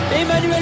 Emmanuel